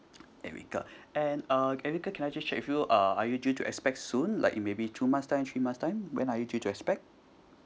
erica and err erica can I just check with you uh are you due to expect soon like maybe two months time three months time when are you due to expect